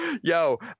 Yo